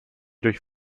durch